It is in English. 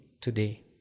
today